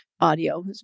audio